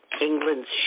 England's